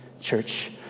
church